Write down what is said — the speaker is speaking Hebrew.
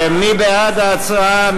מי בעד ההצעה?